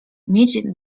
mieć